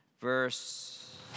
verse